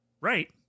Right